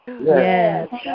Yes